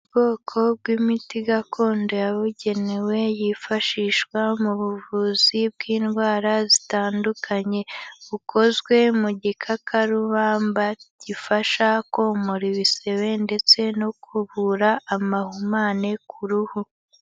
Ubwoko bw'imiti gakondo yabugenewe yifashishwa mu buvuzi bw'indwara zitandukanye, bukozwe mu gikakarubamba gifasha komora ibisebe ndetse no kuvura amahumane ku ruhu.